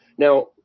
Now